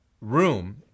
room